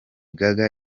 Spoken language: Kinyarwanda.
gaga